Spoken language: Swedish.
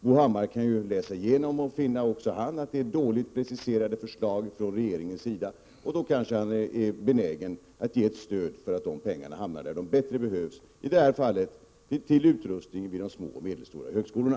Bo Hammar kan läsa igenom propositionen och också han finna att det framläggs dåligt preciserade förslag från regeringen, och då kanske han blir benägen att se till att pengarna hamnar där de bättre behövs, i detta fall till utrustning vid de små och medelstora högskolorna.